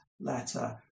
letter